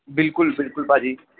ਬਿਲਕੁਲ ਬਿਲਕੁਲ ਭਾਅ ਜੀ